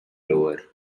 lower